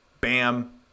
Bam